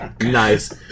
Nice